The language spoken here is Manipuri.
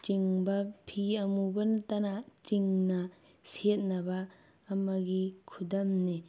ꯆꯤꯡꯕ ꯐꯤ ꯑꯃꯨꯕꯇꯅ ꯆꯤꯡꯅ ꯁꯦꯠꯅꯕ ꯑꯃꯒꯤ ꯈꯨꯗꯝꯅꯤ